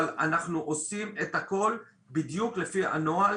אבל אנחנו עושים את הכול בדיוק לפי הנוהל.